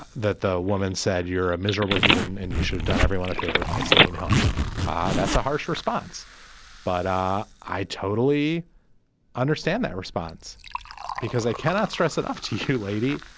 that the woman said you're a miserable human and you should've done everyone a favor by staying home that's a harsh response but i i totally understand that response because i cannot stress enough to you lady.